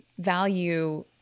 value